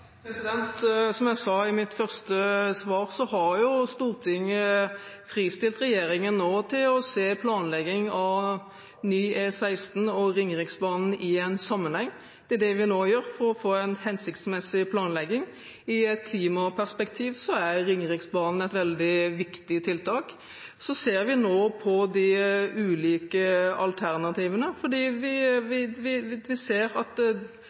Som jeg sa i mitt første svar, har Stortinget nå fristilt regjeringen, slik at vi kan se planlegging av ny E16 og Ringeriksbanen i sammenheng – det er det vi nå gjør – for å få en hensiktsmessig planlegging. I et klimaperspektiv er Ringeriksbanen et veldig viktig tiltak. Så ser vi nå på de ulike alternativene, for vi ser at det er noen utfordringer når det gjelder naturverdier. Det er derfor vi